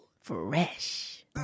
Fresh